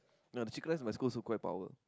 no the chicken-rice my school aslo quite power